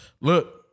Look